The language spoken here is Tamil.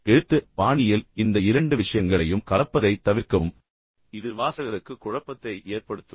உங்கள் எழுத்து பாணியில் இந்த இரண்டு விஷயங்களையும் கலப்பதைத் தவிர்க்கவும் ஏனெனில் இது வாசகருக்கு குழப்பத்தை ஏற்படுத்தும்